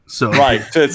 Right